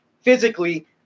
physically